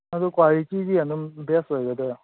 ꯑꯗꯨ ꯀ꯭ꯋꯥꯂꯤꯇꯤꯗꯤ ꯑꯗꯨꯝ ꯕꯦꯁ ꯑꯣꯏꯒꯗꯣꯏꯔꯣ